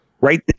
Right